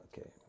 okay